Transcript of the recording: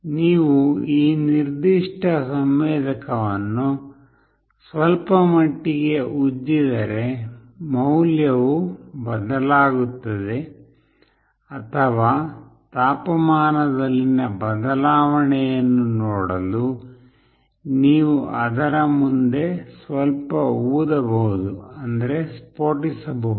ನೀವು ಈ ನಿರ್ದಿಷ್ಟ ಸಂವೇದಕವನ್ನು ಸ್ವಲ್ಪಮಟ್ಟಿಗೆ ಉಜ್ಜಿದರೆ ಮೌಲ್ಯವು ಬದಲಾಗುತ್ತದೆ ಅಥವಾ ತಾಪಮಾನದಲ್ಲಿನ ಬದಲಾವಣೆಯನ್ನು ನೋಡಲು ನೀವು ಅದರ ಮುಂದೆ ಸ್ವಲ್ಪ ಊದಬಹುದುಸ್ಫೋಟಿಸಬಹುದು